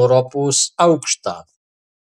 europos aukštą